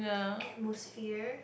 atmosphere